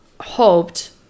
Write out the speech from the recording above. hoped